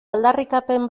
aldarrikapen